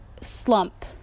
slump